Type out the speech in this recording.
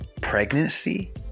pregnancy